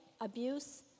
abuse